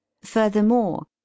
furthermore